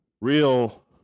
real